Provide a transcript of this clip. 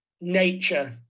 nature